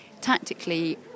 Tactically